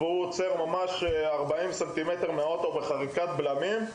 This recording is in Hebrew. הם עצרו את הרכב בחריקת בלמים,